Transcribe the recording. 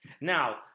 Now